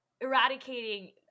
eradicating